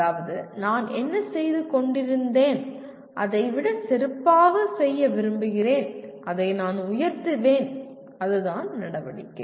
அதாவது நான் என்ன செய்து கொண்டிருந்தேன் அதை விட சிறப்பாக செய்ய விரும்புகிறேன் அதை நான் உயர்த்துவேன் அதுதான் நடவடிக்கை